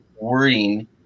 wording